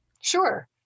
Sure